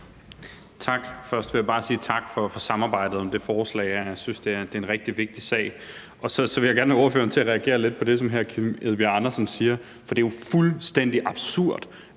Tak. Først vil jeg bare sige tak for samarbejdet om det her forslag. Jeg synes, det er en rigtig vigtig sag. Så vil jeg gerne have ordføreren til at reagere lidt på det, som hr. Kim Edberg Andersen siger. For det er jo fuldstændig absurd